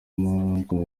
mugore